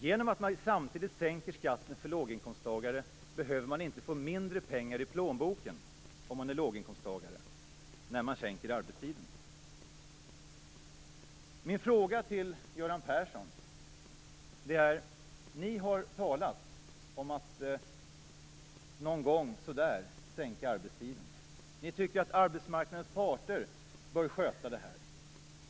Genom att man samtidigt sänker skatten för låginkomsttagare behöver dessa inte få mindre pengar i plånboken när arbetstiden sänks. Jag vill ställa en fråga till Göran Persson. Ni har talat om att sänka arbetstiden någon gång. Ni tycker att arbetsmarknadens parter bör sköta det.